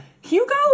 Hugo